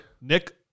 Nick